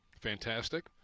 Fantastic